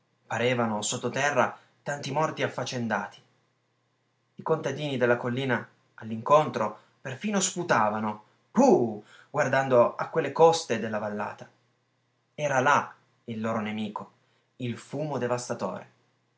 parevano sottoterra tanti morti affaccendati i contadini della collina all'incontro perfino sputavano puh guardando a quelle coste della vallata era là il loro nemico il fumo devastatore